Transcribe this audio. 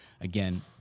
again